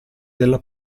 della